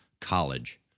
college